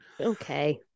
okay